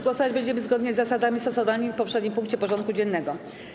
Głosować będziemy zgodnie z zasadami stosowanymi w poprzednim punkcie porządku dziennego.